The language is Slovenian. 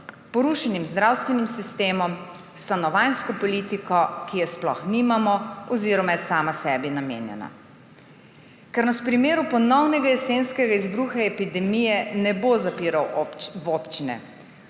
porušenim zdravstvenim sistemom, stanovanjsko politiko, ki je sploh nimamo oziroma je sama sebi namenjena. Ker nas v primeru ponovnega jesenskega izbruha epidemije ne bo zapiral v občine,